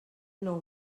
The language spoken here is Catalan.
nou